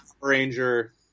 ranger